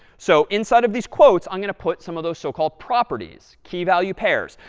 so inside of these quotes, i'm going to put some of those so-called properties, key value pairs.